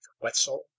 Wetzel